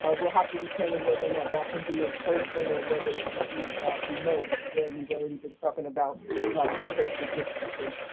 ah we'll have to determine whether or not that can be in person or whether it will be remote. again, we've already been talking about the social distancing.